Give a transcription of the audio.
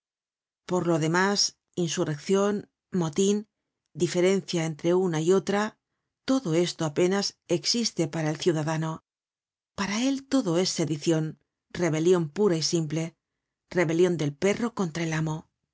por lo demás insurreccion motin diferencia entre una y utra todo esto apenas existe para el ciudadano para él todo es sedicion rebelion pura y simple rebelion del perro contra el amo